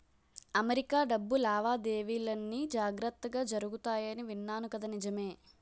America డబ్బు లావాదేవీలన్నీ జాగ్రత్తగా జరుగుతాయని విన్నాను కదా నిజమే